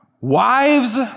Wives